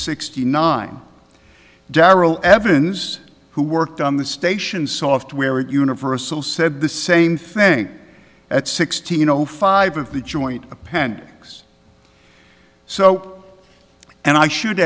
sixty nine daryl evans who worked on the station software at universal said the same thing at sixteen zero five of the joint appendix so and i should